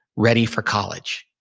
ready for college.